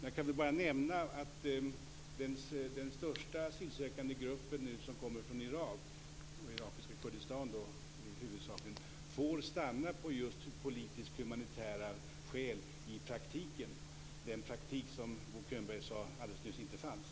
Jag kan bara nämna att den största asylsökande gruppen nu, som kommer från Irak och irakiska Kurdistan huvudsakligen, får stanna av just politisk-humanitära skäl i praktiken - den praktik som Bo Könberg alldeles nyss sade inte fanns.